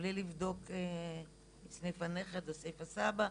בלי לבדוק סביב הנכד וסביב הסבא,